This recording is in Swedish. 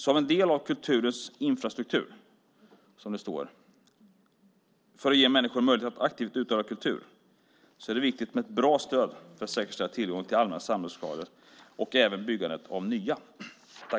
Som en del av kulturens infrastruktur för att ge människor möjlighet att aktivt utöva kultur är det viktigt med ett bra stöd för att säkerställa tillgång till allmänna samlingslokaler och även byggandet av nya.